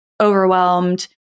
Overwhelmed